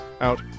out